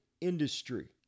industry